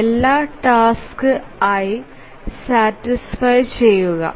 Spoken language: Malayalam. എല്ലാ ടാസ്ക് i സാറ്റിസ്ഫയ് ചെയുക